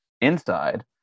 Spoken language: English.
inside